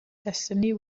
destiny